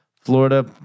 Florida